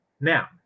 Now